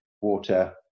water